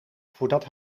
voordat